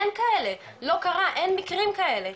אין כאלה, לא קרה, אין מקרים כאלה.